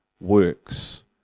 works